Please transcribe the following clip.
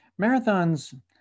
marathons